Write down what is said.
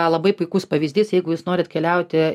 labai puikus pavyzdys jeigu jūs norit keliauti